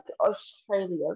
Australia